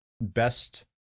best